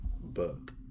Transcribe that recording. book